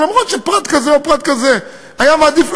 אף שפרט כזה או פרט כזה היה מעדיף,